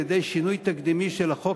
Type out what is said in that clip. על-ידי שינוי תקדימי של החוק,